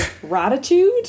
gratitude